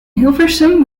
hilversum